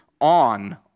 on